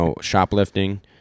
shoplifting